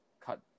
cut